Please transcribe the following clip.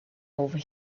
over